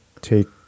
take